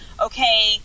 okay